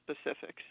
specifics